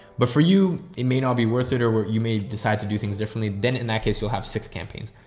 but for you it may not be worth it or you may decide to do things differently. then in that case you'll have six campaigns,